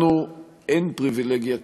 לנו אין פריבילגיה כזאת.